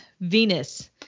Venus